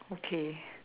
okay